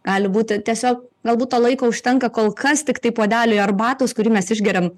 gali būti tiesiog galbūt to laiko užtenka kol kas tiktai puodeliui arbatos kurį mes išgeriam